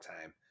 time